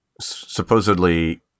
supposedly